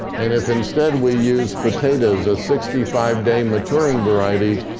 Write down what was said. and if instead we use potatoes, a sixty five day maturing variety,